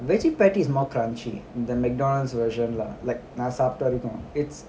veggie patty is more crunchy the Mcdonald's version lah like நான்சாப்பிடவரைக்கும்:naan sappita varaikkum it's